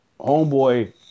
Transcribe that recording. Homeboy